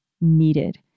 needed